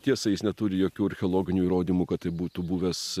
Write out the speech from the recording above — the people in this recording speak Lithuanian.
tiesa jis neturi jokių archeologinių įrodymų kad tai būtų buvęs